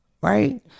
right